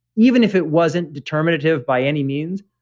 even if it wasn't determinative by any means,